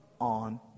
on